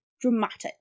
dramatic